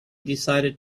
decided